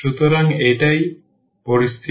সুতরাং এটাই পরিস্থিতি